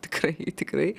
tikrai tikrai